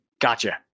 Gotcha